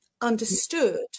understood